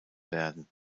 werden